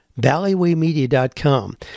Valleywaymedia.com